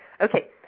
Okay